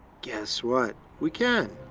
guess what? we can!